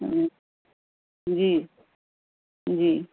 جی جی